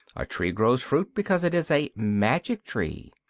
a tree grows fruit because it is a magic tree.